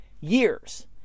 Years